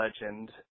legend